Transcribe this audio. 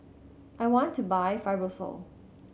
I want to buy Fibrosol